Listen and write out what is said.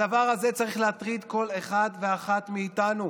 הדבר הזה צריך להטריד כל אחד ואחת מאיתנו,